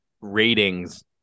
ratings